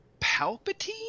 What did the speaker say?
Palpatine